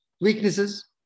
Weaknesses